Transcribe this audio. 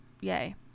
yay